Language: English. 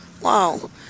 Wow